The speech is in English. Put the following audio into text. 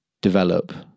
develop